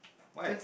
why